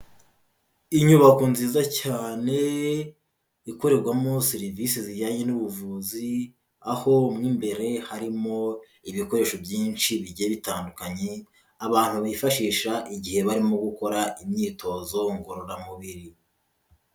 Inyubako nziza cyane ikorerwamo serivisi zijyanye n'ubuvuzi, aho mo imbere harimo ibikoresho byinshi bijya bitandukanye abantu bifashisha igihe barimo gukora imyitozo ngororamubiri.